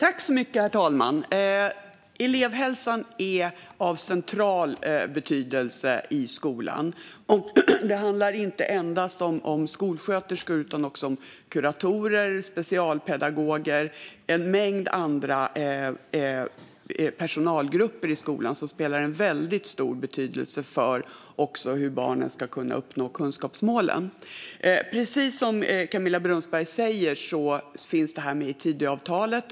Herr talman! Elevhälsan är av central betydelse i skolan. Det handlar inte enbart om skolsköterskor utan även om kuratorer, specialpedagoger och en mängd andra personalgrupper i skolan som har väldigt stor betydelse för hur barnen ska kunna uppnå kunskapsmålen. Precis som Camilla Brunsberg säger finns detta med i Tidöavtalet.